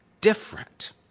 different